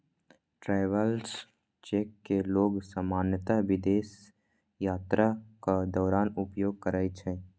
travellers cheque कें लोग सामान्यतः विदेश यात्राक दौरान उपयोग करै छै